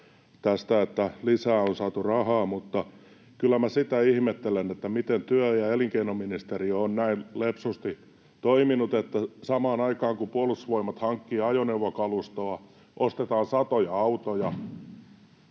siitä, että lisää on saatu rahaa, mutta kyllä minä sitä ihmettelen, miten työ- ja elinkeinoministeriö on näin lepsusti toiminut, että samaan aikaan kun Puolustusvoimat hankkii ajoneuvokalustoa, ostetaan satoja autoja,